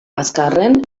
azkarren